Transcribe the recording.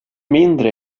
mindre